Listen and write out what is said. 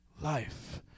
life